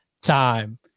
time